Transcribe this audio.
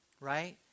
right